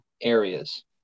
areas